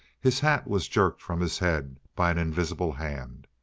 his hat was jerked from his head by an invisible hand.